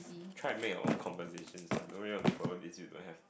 try and make your own conversations ah don't really want to follow this if you don't have